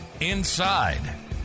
inside